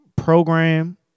program